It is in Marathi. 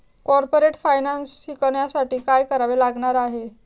कॉर्पोरेट फायनान्स शिकण्यासाठी काय करावे लागणार आहे?